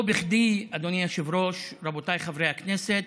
לא בכדי, אדוני היושב-ראש, רבותיי חברי הכנסת,